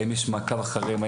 האם יש מעקב אחריהם?